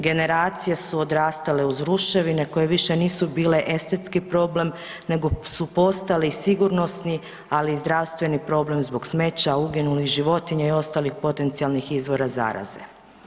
Generacije su odrastale uz ruševine koje više nisu bile estetski problem nego su postali sigurnosti ali i zdravstveni problem zbog smeća, uginulih životinja i ostalih potencijalnih izvora zaraze.